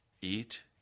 eat